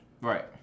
Right